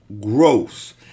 gross